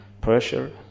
pressure